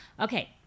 Okay